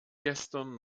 gestern